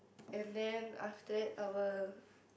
and then after that I will